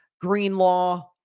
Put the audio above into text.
Greenlaw